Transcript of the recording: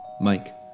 Mike